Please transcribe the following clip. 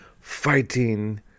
fighting